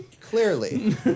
Clearly